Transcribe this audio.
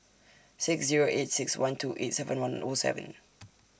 six Zero eight six one two eight seven one O seven